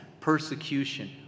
persecution